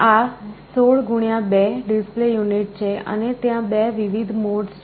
આ 16 x 2 display unit છે અને ત્યાં 2 વિવિધ મોડ્સ છે